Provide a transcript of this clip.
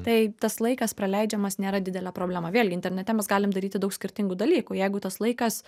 tai tas laikas praleidžiamas nėra didelė problema vėlgi internete mes galim daryti daug skirtingų dalykų jeigu tas laikas